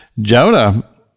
Jonah